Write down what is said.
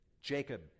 Jacob